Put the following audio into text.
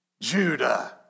Judah